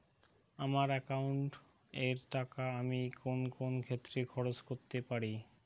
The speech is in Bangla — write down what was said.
আমার একাউন্ট এর টাকা আমি কোন কোন ক্ষেত্রে খরচ করতে পারি?